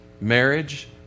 Marriage